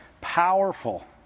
Powerful